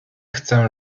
chcę